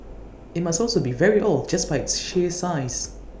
IT must also be very old just by its sheer size